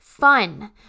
Fun